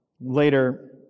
later